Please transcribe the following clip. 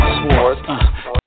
sports